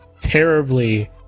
terribly